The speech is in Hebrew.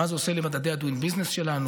מה זה עושה למדדי ה-Doing Business שלנו,